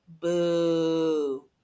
Boo